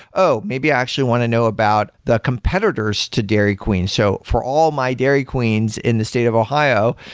oh, maybe i actually want to know about the competitors to dairy queen. so for all my dairy queens in the state of ohio,